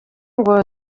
ngo